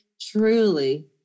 truly